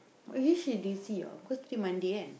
but then she lazy ah because today monday kan